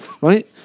right